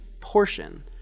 portion